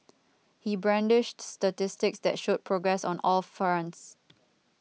he brandished statistics that showed progress on all fronts